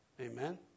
Amen